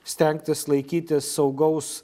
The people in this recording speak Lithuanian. stengtis laikytis saugaus